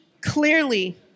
clearly